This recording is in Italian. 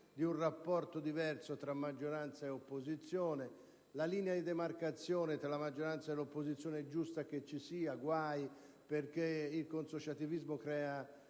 di un rapporto diverso tra maggioranza e opposizione. La linea di demarcazione tra maggioranza e opposizione è giusto che ci sia, perché il consociativismo è